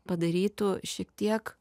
padarytų šiek tiek